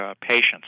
patients